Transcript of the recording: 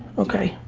okay,